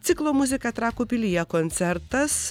ciklo muzika trakų pilyje koncertas